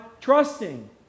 trusting